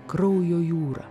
kraujo jūra